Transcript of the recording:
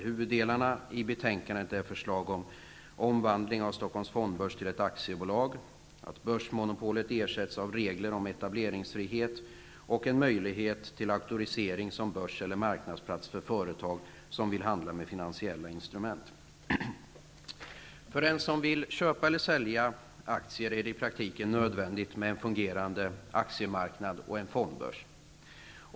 Huvuddelarna i betänkandet är förslag om: --möjlighet till auktorisering som börs eller marknadsplats för företag som vill handla med finansiella instrument För den som vill köpa eller sälja aktier är det i praktiken nödvändigt med en fungerande aktiemarknad och fondbörs.